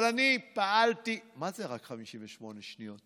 אבל אני פעלתי, מה זה רק 58 שניות?